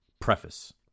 Preface